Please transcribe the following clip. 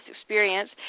experience